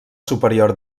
superior